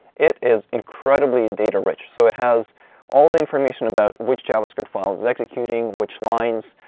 it is incredibly data rich. so it has all the information about which javascript file is is executing, which lines,